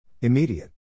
Immediate